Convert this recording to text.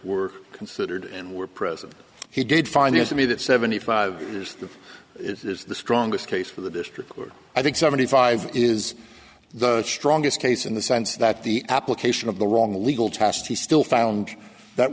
were considered and were present he did find years to be that seventy five years this is the strongest case for the district where i think seventy five is the strongest case in the sense that the application of the wrong legal test he still found that